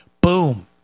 boom